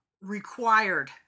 required